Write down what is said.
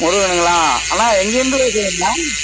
முருகனுங்களா அண்ணா எங்கேயிருந்து பேசுகிறீங்கண்ணா